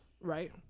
Right